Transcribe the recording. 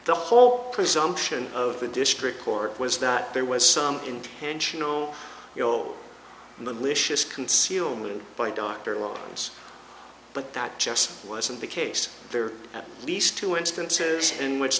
the whole presumption of the district court was that there was some intentional you know malicious concealment by dr opens but that just wasn't the case there at least two instances in which